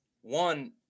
One